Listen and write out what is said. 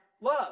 love